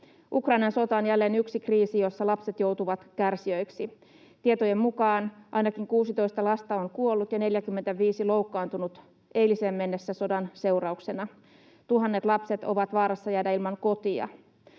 Ukrainan sota on jälleen yksi kriisi, jossa lapset joutuvat kärsijöiksi. Tietojen mukaan ainakin 16 lasta on kuollut ja 45 loukkaantunut eiliseen mennessä sodan seurauksena. Tuhannet lapset ovat vaarassa jäädä ilman kotia.